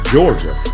Georgia